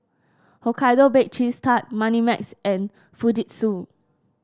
Hokkaido Baked Cheese Tart Moneymax and Fujitsu